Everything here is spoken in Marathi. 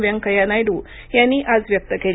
व्यंकय्या नायडू यांनी आज व्यक्त केली